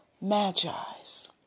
magis